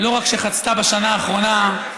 לא רק שחצתה בשנה האחרונה, מחבל.